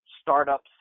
startups